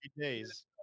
days